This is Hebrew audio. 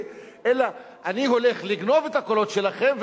אלא אני הולך לגנוב את הקולות שלכם,